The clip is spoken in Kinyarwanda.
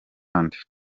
hollande